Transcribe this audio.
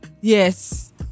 yes